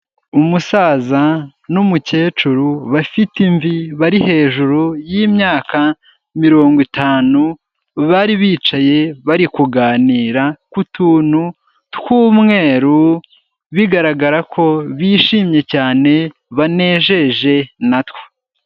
Umusaza n'umukecuru bafite imvi bari hejuru y'imyaka mirongo itanu, bari bicaye bari kuganira kutuntu tw'umweru, bigaragara ko bishimye cyane, banejeje na two.